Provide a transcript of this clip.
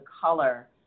color